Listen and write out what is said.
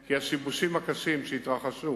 כי השיבושים הקשים שהתרחשו